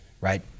right